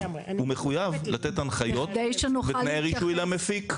הוא מחויב לתת הנחיות ותנאי רישוי למפיק.